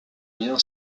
rien